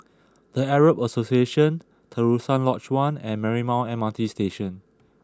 The Arab Association Terusan Lodge One and Marymount M R T Station